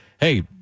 Hey